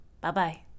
Bye-bye